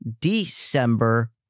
December